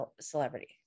celebrity